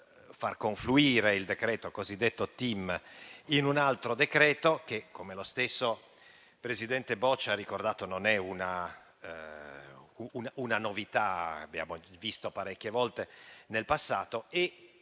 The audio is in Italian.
il decreto-legge cosiddetto TIM in un altro decreto. Come lo stesso presidente Boccia ha ricordato, non è una novità: l'abbiamo visto accadere parecchie volte nel passato.